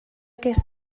ges